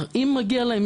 אם מגיע להם,